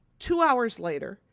two hours later,